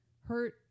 hurt